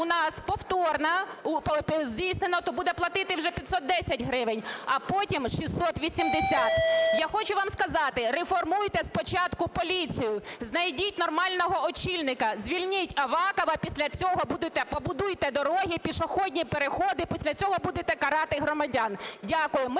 у нас повторно здійснено, то буде платити вже 510 гривень, а потім - 680. Я хочу вам сказати: реформуйте спочатку поліцію, знайдіть нормального очільника, звільніть Авакова, а після цього будете… побудуйте дороги і пішохідні переходи, а після цього будете карати громадян. Дякую.